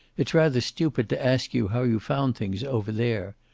it's rather stupid to ask you how you found things over there.